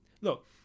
look